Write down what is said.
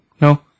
No